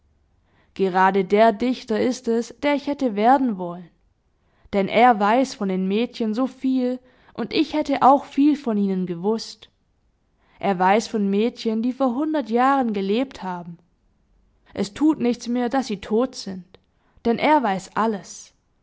gerade der dichter ist es der ich hätte werden wollen denn er weiß von den mädchen so viel und ich hätte auch viel von ihnen gewußt er weiß von mädchen die vor hundert jahren gelebt haben es tut nichts mehr daß sie tot sind denn er weiß alles